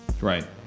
Right